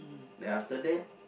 then after that